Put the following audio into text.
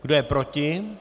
Kdo je proti?